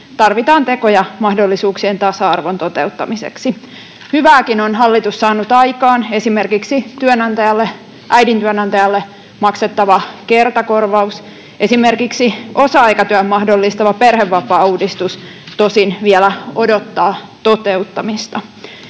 Tarvitaan tekoja mahdollisuuksien tasa-arvon toteuttamiseksi. Hyvääkin on hallitus saanut aikaan: esimerkiksi äidin työnantajalle maksettava kertakorvaus. Esimerkiksi osa-aikatyön mahdollistava perhevapaauudistus tosin vielä odottaa toteuttamista.